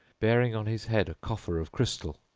bearing on his head a coffer of crystal.